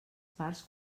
parts